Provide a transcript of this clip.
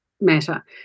matter